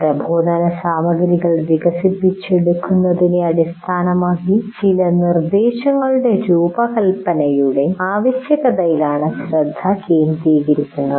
പ്രബോധനസാമഗ്രികൾ വികസിപ്പിച്ചെടുക്കുന്നതിനെ അടിസ്ഥാനമാക്കി ചില നിർദ്ദേശങ്ങളുടെ രൂപകൽപ്പനയുടെ ആവശ്യകതയിലാണ് ശ്രദ്ധ കേന്ദ്രീകരിക്കുന്നത്